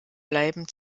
bleiben